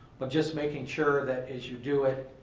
but just making sure that as you do it,